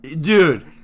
dude